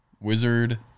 Wizard